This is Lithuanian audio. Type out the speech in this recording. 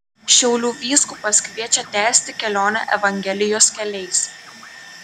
šiaulių vyskupas kviečia tęsti kelionę evangelijos keliais